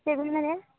ᱪᱮᱫᱵᱤᱱ ᱢᱮᱱᱮᱫᱼᱟ